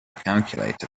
calculator